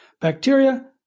bacteria